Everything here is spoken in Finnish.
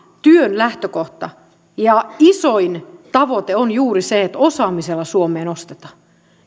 työn lähtökohta ja isoin tavoite on juuri se että osaamisella suomea